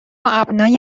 ابنای